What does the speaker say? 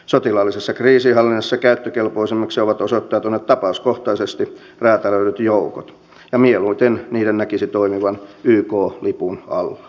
sotilaallisessa kriisinhallinnassa käyttökelpoisemmiksi ovat osoittautuneet tapauskohtaisesti räätälöidyt joukot ja mieluiten niiden näkisi toimivan yk lipun alla